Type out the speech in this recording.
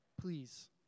please